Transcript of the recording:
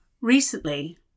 Recently